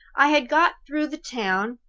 i had got through the town,